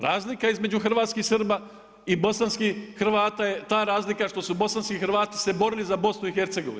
Razlika između hrvatskih Srba i bosanskih Hrvata je ta razlika što su bosanski Hrvati se borili za BiH.